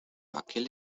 aquel